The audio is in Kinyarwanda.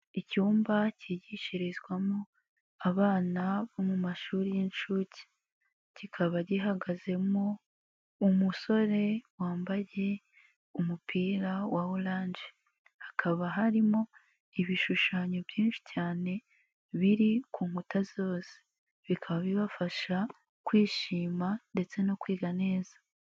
Icyumba cyigishirizwamo abana bo mu mashuri y'inshuke, kikaba gihagazemo umusore wambage umupira wa orange, hakaba harimo ibishushanyo byinshi cyane biri ku nkuta zose bikaba bibafasha kwishima ndetse no kwiga neza.